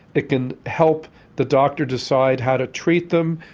it can help the doctor decide how to treat them,